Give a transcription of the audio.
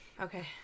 okay